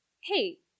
Hey